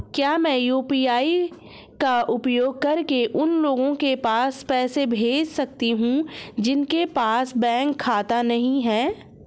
क्या मैं यू.पी.आई का उपयोग करके उन लोगों के पास पैसे भेज सकती हूँ जिनके पास बैंक खाता नहीं है?